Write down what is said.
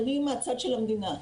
אני מהצד של המדינה.